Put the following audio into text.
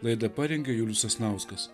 laidą parengė julius sasnauskas